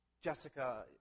Jessica